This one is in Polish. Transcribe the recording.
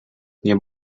nie